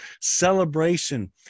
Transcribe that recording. celebration